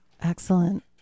Excellent